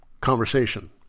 conversation